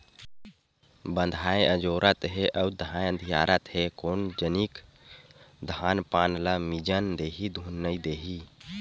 बंधाए अजोरत हे अउ धाय अधियारत हे कोन जनिक धान पान ल मिजन दिही धुन नइ देही